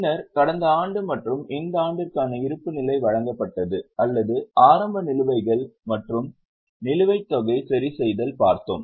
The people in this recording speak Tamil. பின்னர் கடந்த ஆண்டு மற்றும் இந்த ஆண்டுக்கான இருப்புநிலை வழங்கப்பட்டது அல்லது ஆரம்ப நிலுவைகள் மற்றும் நிலுவைத் தொகை சரிசெய்தல் பார்த்தோம்